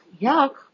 Yuck